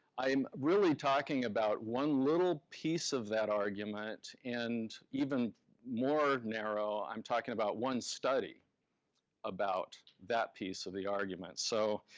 i'm really talking about one little piece of that argument, and even more narrow, i'm talking about one study about that piece of the argument. so